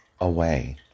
away